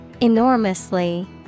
Enormously